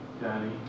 daddy